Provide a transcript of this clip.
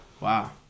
wow